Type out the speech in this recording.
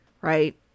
Right